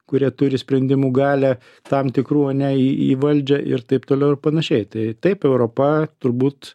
kurie turi sprendimų galią tam tikrų ane į į valdžią ir taip toliau ir panašiai tai taip europa turbūt